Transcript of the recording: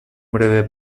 breve